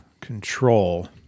control